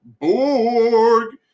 Borg